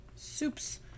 Soup's